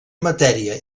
matèria